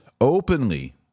openly